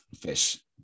fish